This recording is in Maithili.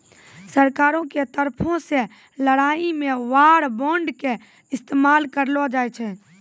सरकारो के तरफो से लड़ाई मे वार बांड के इस्तेमाल करलो जाय छै